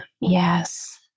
Yes